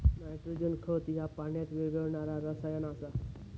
nitrogen खत ह्या पाण्यात विरघळणारा रसायन आसा